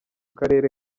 karere